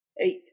eight